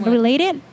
Related